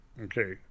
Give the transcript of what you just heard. okay